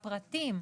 הפרטים,